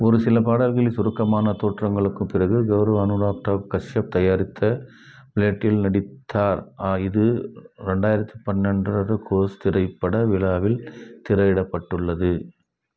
ஒரு சில பாடல்களில் சுருக்கமான தோற்றங்களுக்குப் பிறகு கவுரவ அனுராக்டர் கஷ்ய தயாரித்த நடித்தார் இது ரெண்டாயிரத்தி பன்னெண்டாவது கோஸ் திரைப்பட விழாவில் திரையிடப்பட்டுள்ளது